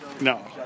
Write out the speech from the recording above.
No